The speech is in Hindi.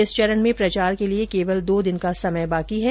इस चरण में प्रचार के लिए केवल दो दिन का समय बाकी है